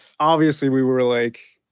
obviously we were like,